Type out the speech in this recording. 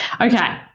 okay